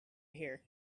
here